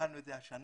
התחלנו את זה השנה,